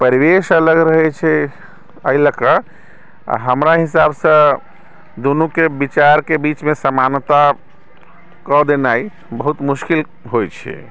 परिवेश अलग रहैत छै एहि लऽ कऽ हमरा हिसाबसंँ दुनूके विचारके बीचमे समानता कऽ देनाइ बहुत मुश्किल होइत छै